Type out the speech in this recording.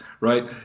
right